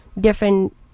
different